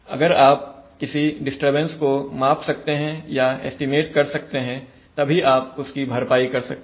अगर आप किसी डिस्टरबेंस को माप सकते हैं या एस्टीमेट कर सकते हैं तभी आप उसकी भरपाई कर सकते हैं